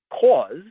cause